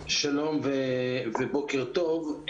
שלום ובוקר טוב.